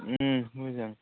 मोजां